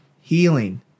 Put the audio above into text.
healing